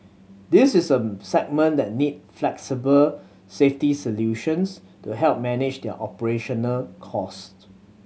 this is a segment that need flexible safety solutions to help manage their operational costs